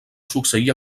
succeir